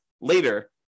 later